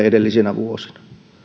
edellisinä vuosina